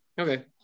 Okay